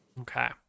Okay